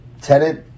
tenant